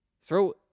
Throw